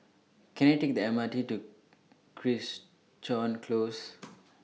Can I Take The M R T to Crichton Close